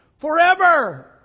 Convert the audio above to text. forever